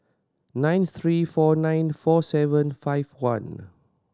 nine three four nine four seven five one